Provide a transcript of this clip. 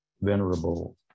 venerable